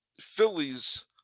Phillies